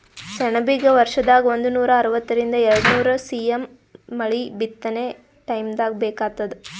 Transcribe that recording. ಸೆಣಬಿಗ ವರ್ಷದಾಗ್ ಒಂದನೂರಾ ಅರವತ್ತರಿಂದ್ ಎರಡ್ನೂರ್ ಸಿ.ಎಮ್ ಮಳಿ ಬಿತ್ತನೆ ಟೈಮ್ದಾಗ್ ಬೇಕಾತ್ತದ